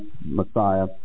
Messiah